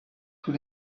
tous